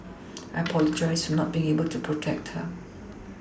I apologised for not being able to protect her